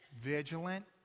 vigilant